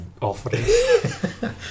offering